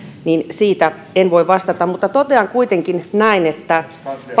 niin siitä en voi vastata mutta totean kuitenkin näin että